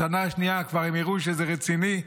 בשנה השנייה כבר הם יראו שזה רציני,